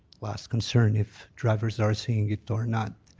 last concern if drivers are seeing it or not.